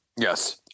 Yes